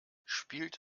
spielt